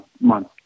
month